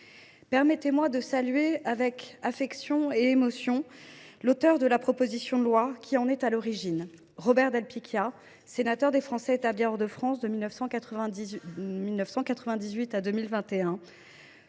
Permettez moi de saluer avec affection et émotion l’auteur de la proposition de loi qui en était à l’origine, Robert del Picchia, sénateur des Français établis hors de France, qui siégea